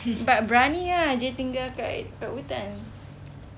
but berani ah dia tinggal kat kat hutan